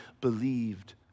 believed